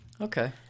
Okay